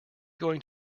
going